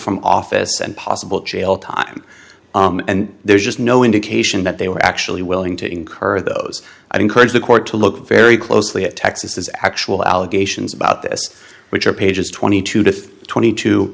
from office and possible jail time and there's just no indication that they were actually willing to incur those i encourage the court to look very closely at texas actual allegations about this which are pages twenty two to twenty t